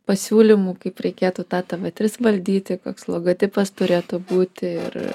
pasiūlymų kaip reikėtų tą tv trys valdyti koks logotipas turėtų būti ir